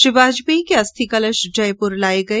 श्री वाजपेयी के अस्थि कलश जयपुर लाए गए